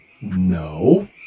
No